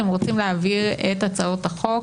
אתם רוצים להעביר את הצעות החוק